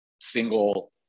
single